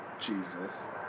Jesus